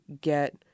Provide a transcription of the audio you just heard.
get